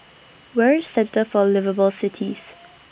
Where IS Centre For Liveable Cities